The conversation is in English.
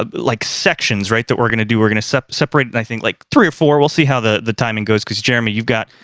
ah like sections right that we're gonna do. we're gonna separate separate and i think like three or four, we'll see how the the timing goes. because jeremy, you've got.